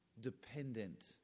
Dependent